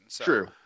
True